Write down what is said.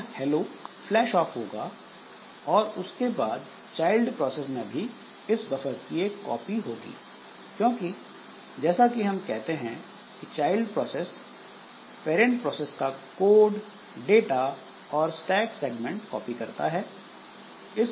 यह हेलो flash off होगा और उसके बाद चाइल्ड प्रोसेस में भी इस बफर की एक कॉपी होगी क्योंकि जैसा कि हम कहते हैं कि चाइल्ड प्रोसेस पैरंट प्रोसेस का कोड डाटा और स्टैक सेगमेंट कॉपी करता है